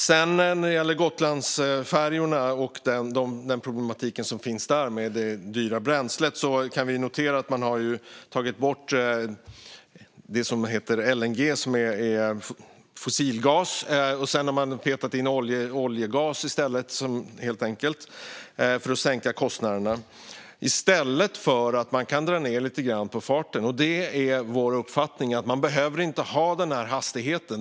När det sedan gäller Gotlandsfärjorna och den problematik som finns där med det dyra bränslet kan vi notera att man har tagit bort LNG, fossilgas, och helt enkelt har petat in oljegas för att sänka kostnaderna, i stället för att dra ned lite grann på farten. Vår uppfattning är att denna hastighet inte behövs.